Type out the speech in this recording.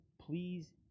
please